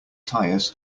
tires